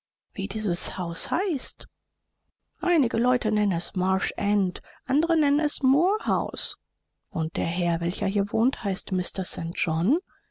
wie dieses haus heißt einige leute nennen es marsh end andere nennen es moor house und der herr welcher hier wohnt heißt mr